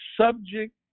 subject